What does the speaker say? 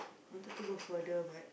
wanted to go further but